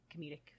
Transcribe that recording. comedic